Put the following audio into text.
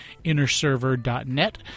Innerserver.net